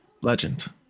Legend